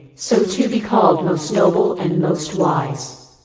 so to be called most noble and most wise.